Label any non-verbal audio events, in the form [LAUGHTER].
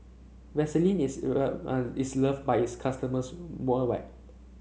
Vaselin is [UNINTELLIGIBLE] is loved by its customers worldwide